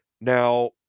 Now